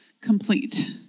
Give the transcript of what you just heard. complete